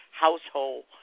household